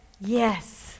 yes